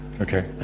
Okay